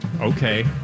okay